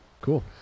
Cool